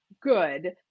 good